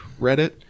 Reddit